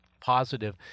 positive